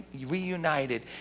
reunited